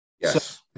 Yes